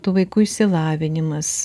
tų vaikų išsilavinimas